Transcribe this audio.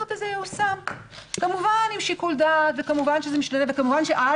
והסטנדרט הזה ייושם עם שיקול דעת וכמובן שזה משתנה וכמובן שעל